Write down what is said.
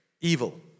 evil